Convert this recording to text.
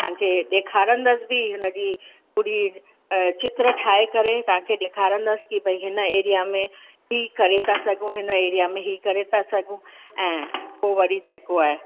तव्हांखे ॾेखारंदसि बि हुनजी पूरी चित्र ठाहे करे तव्हांखे ॾेखारंदसि कि भई हिन एरिया में ई करे था सघूं हिन एरिया में ई करे था सघूं ऐं पोइ वरी जेको आहे